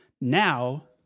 Now